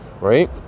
right